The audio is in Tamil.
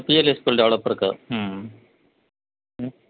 B L S Q L டெவலப்பருக்கு ம் ம்